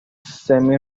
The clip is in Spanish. semi